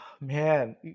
Man